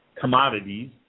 commodities